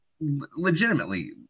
legitimately